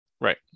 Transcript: right